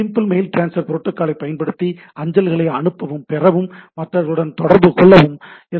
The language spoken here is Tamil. சிம்பிள் மெயில் டிரான்ஸ்ஃபர் புரோட்டோக்காலைப் பயன்படுத்தி அஞ்சல்களை அனுப்பவும் பெறவும் மற்றவர்களுடன் தொடர்புகொள்ளவும் எஸ்